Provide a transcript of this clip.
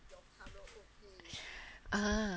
uh